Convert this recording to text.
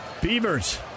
Beavers